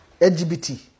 LGBT